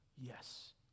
Yes